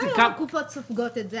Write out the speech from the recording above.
איך היום קופות החולים סופגות את זה?